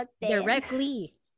directly